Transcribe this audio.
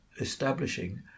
establishing